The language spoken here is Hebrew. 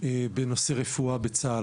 בנושא רפואה בצה"ל.